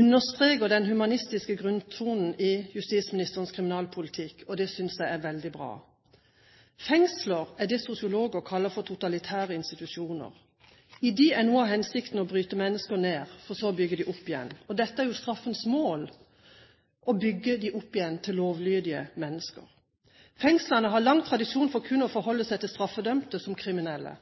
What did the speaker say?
understreker den humanistiske grunntonen i justisministerens kriminalpolitikk, og det synes jeg er veldig bra. Fengsler er det sosiologer kaller for totalitære institusjoner. I disse er noe av hensikten å bryte mennesker ned for så å bygge dem opp igjen. Dette er jo straffens mål: å bygge dem opp igjen til lovlydige mennesker. Fengslene har lang tradisjon for kun å forholde seg til straffedømte som kriminelle.